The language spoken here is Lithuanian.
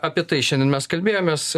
apie tai šiandien mes kalbėjomės